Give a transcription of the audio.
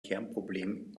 kernproblem